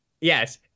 Yes